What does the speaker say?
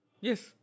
Yes